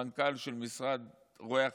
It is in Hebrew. מנכ"ל של משרד רואי חשבון,